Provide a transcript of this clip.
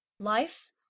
Life